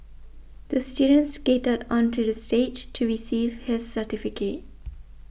the student skated onto the stage to receive his certificate